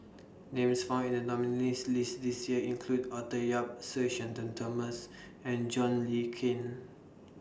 Names found in The nominees' list This Year include Arthur Yap Sir Shenton Thomas and John Le Cain